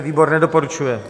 Výbor nedoporučuje.